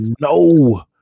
no